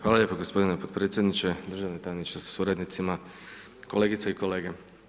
Hvala lijepo g. potpredsjedniče, državni tajniče sa suradnicima, kolegice i kolege.